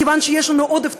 כיוון שיש לנו עודף תקציבי.